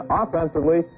offensively